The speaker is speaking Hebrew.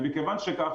ומכיוון שכך,